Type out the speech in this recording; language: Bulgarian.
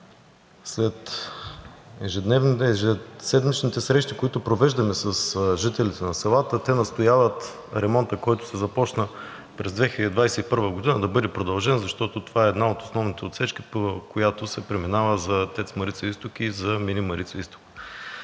След ежеседмичните срещи, които провеждаме с жителите на селата, те настояват ремонтът, който се започна през 2021 г., да бъде продължен, защото това е една от основните отсечки, по която се преминава за ТЕЦ Марица изток и за Мини Марица изток.